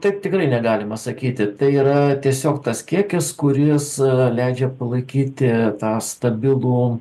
taip tikrai negalima sakyti tai yra tiesiog tas kiekis kuris leidžia palaikyti tą stabilų